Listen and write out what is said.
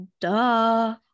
duh